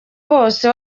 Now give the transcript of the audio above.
bose